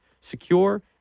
secure